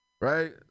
Right